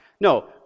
No